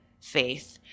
faith